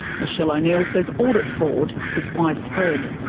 michele o'neil says audit fraud is widespread.